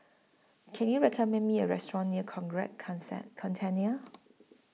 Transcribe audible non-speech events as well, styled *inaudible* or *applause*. Can YOU recommend Me A Restaurant near *unintelligible* Consent Centennial